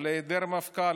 על היעדר מפכ"ל,